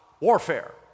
warfare